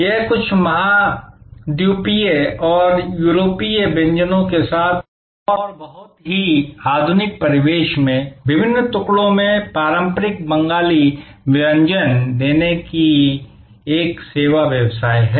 यह कुछ महाद्वीपीय और यूरोपीय व्यंजनों के साथ और बहुत ही आधुनिक परिवेश में विभिन्न टुकड़ों में पारंपरिक बंगाली व्यंजन देने के लिए एक सेवा व्यवसाय है